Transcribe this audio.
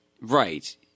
right